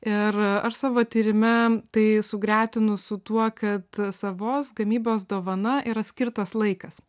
ir aš savo tyrime tai sugretinu su tuo kad savos gamybos dovana yra skirtas laikas